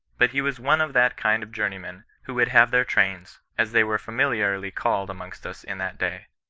but he was one of that kind of journeymen who would have their trains, as they were familiarly called amongst us in that day.